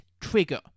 trigger